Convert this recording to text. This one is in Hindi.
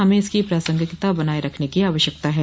हमें इसकी प्रासंगिता बनाये रखने की आवश्यकता है